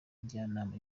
njyanama